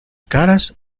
caras